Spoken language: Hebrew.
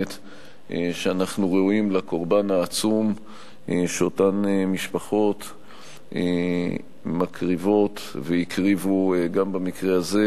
שאנחנו ראויים לקורבן העצום שאותן משפחות מקריבות והקריבו גם במקרה הזה,